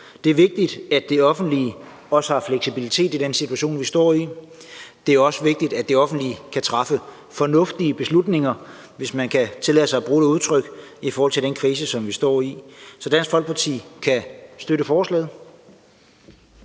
Det er vigtigt, at det offentlige også har fleksibilitet i den situation, vi står i. Det er også vigtigt, at det offentlige kan træffe fornuftige beslutninger – hvis man kan tillade sig at bruge det udtryk – i forhold til den krise, som vi står i. Så Dansk Folkeparti kan støtte forslaget.